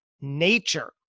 nature